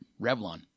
Revlon